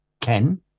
Ken